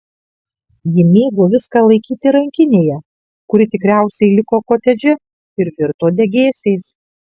ji mėgo viską laikyti rankinėje kuri tikriausiai liko kotedže ir virto degėsiais